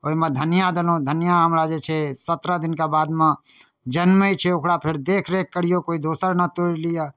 ओहिमे धनिआँ देलहुँ धनिआँ हमरा जे छै सतरह दिनका बादमे जन्मै छै ओकरा फेर देखरेख करिऔ कोइ दोसर नहि तोड़ि लिए